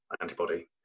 antibody